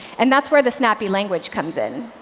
and that's where the snappy language comes in.